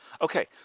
Okay